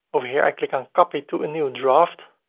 over here, i click on copy to a new draft,